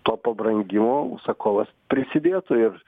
to pabrangimo užsakovas prisidėtų ir